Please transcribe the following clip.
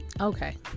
okay